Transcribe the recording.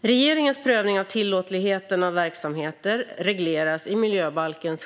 Regeringens prövning av tillåtligheten av verksamheter regleras i 17 kap. miljöbalken.